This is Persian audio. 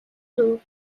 دروغ